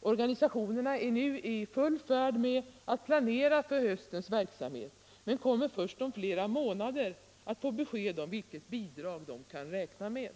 Organisationerna är nu i full färd med att planera för höstens verksamhet, men de kommer först om flera månader att få besked om vilket bidrag de kan räkna med.